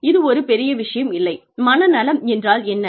இது ஒரு பெரிய விஷயம் இல்லை மனநலம் என்றால் என்ன